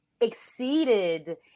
exceeded